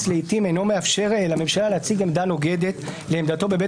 לעיתים אינו מאפשר לממשלה להציג עמדה נוגדת לעמדתו בבית